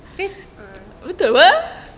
please